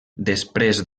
després